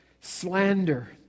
slander